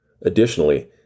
Additionally